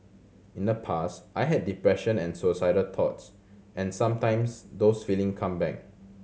in the past I had depression and suicidal thoughts and sometimes those feeling come back